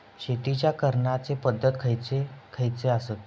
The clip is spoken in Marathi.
शेतीच्या करण्याचे पध्दती खैचे खैचे आसत?